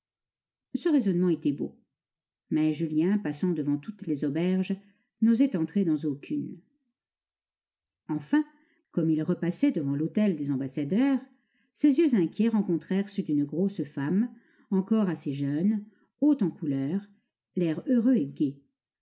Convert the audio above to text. ce raisonnement était beau mais julien passant devant toutes les auberges n'osait entrer dans aucune enfin comme il repassait devant l'hôtel des ambassadeurs ses yeux inquiets rencontrèrent ceux d'une grosse femme encore assez jeune haute en couleur à l'air heureux et gai